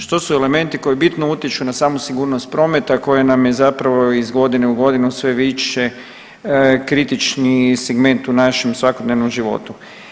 Što su elementi koji bitno utječu na samu sigurnost prometa koje nam je iz godine u godinu sve biše kritičniji segment u našem svakodnevnom životu.